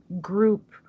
group